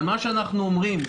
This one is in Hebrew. אבל מה שאנחנו אומרים: